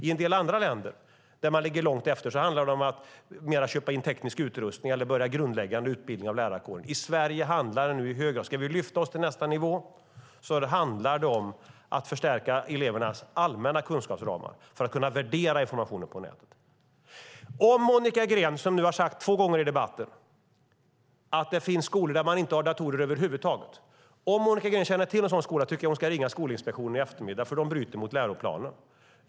I en del andra länder, där man ligger långt efter, handlar det mer om att köpa in teknisk utrustning eller börja grundläggande utbildning av lärarkåren. I Sverige handlar det nu i hög grad om: Ska vi lyfta oss till nästa nivå gäller det att förstärka elevernas allmänna kunskapsramar för att de ska kunna värdera informationen på nätet. Monica Green har nu två gånger i debatten sagt att det finns skolor där man inte har datorer över huvud taget. Om Monica Green känner till någon sådan skola tycker jag att hon ska ringa Skolinspektionen i eftermiddag, för den skolan bryter mot läroplanen.